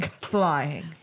Flying